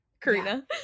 Karina